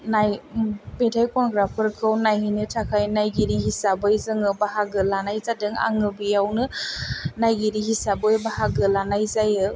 नाय मेथाइ खनग्राफोरखौ नायहैनो थाखाय नायगिरि हिसाबै जोङो बाहागो लानाय जादों आङो बेयावनो नायगिरि हिसाबै बाहागो लानाय जायो